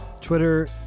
Twitter